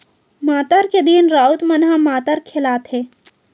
मातर के दिन राउत मन ह मातर खेलाथे